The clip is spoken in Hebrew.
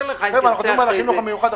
חבר'ה, אנחנו מדברים עכשיו על החינוך המיוחד.